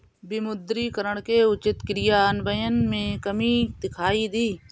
विमुद्रीकरण के उचित क्रियान्वयन में कमी दिखाई दी